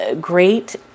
great